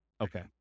Okay